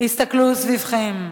פתחו עיניים,